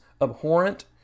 abhorrent